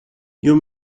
you